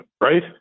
right